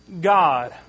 God